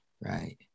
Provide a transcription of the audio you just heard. right